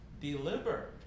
deliver